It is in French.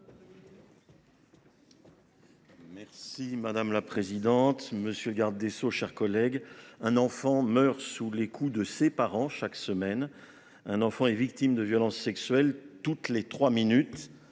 Fernique. Madame la présidente, monsieur le garde des sceaux, mes chers collègues, en France, un enfant meurt sous les coups de ses parents chaque semaine ; un enfant est victime de violences sexuelles toutes les trois minutes.